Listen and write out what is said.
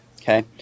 okay